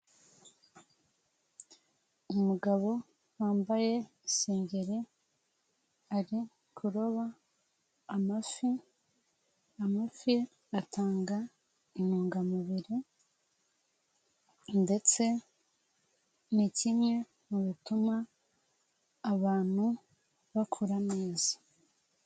Umugabo wambaye isengeri, ari kuroba amafi, amafi atanga intungamubiri ndetse ni kimwe mu bituma abantu bakura neza.